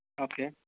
okay